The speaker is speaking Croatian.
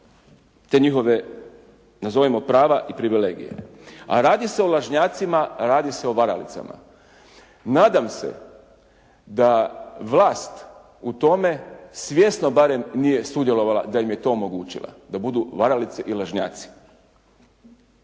te njihove nazovimo prava i privilegije. A radi se o lažnjacima, radi se o varalicama. Nadam se da vlast u tome svjesno barem nije sudjelovala da im je to omogućila da budu varalice i lažnjaci.